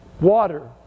water